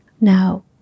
Now